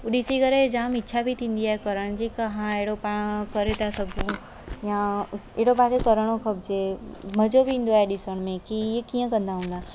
ॾिसी करे जाम इच्छा बि थींदी आहे करण जी की हा अहिड़ो पाण करे था सघूं या अहिड़ो पाण करिणो खपजे मजो बि ईंदो आहे ॾिसण में की ये कीअं कंदा हूंदा